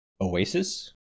oasis